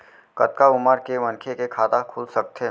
कतका उमर के मनखे के खाता खुल सकथे?